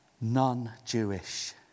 non-Jewish